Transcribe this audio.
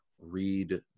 read